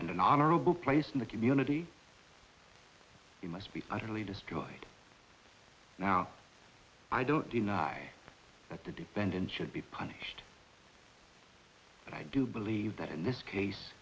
name an honorable place in the community he must be utterly destroyed now i don't deny that the dependent should be punished but i do believe that in this case